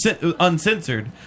uncensored